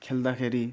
खेल्दाखेरि